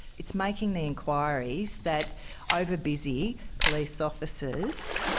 it's making the inquiries that over-busy police officers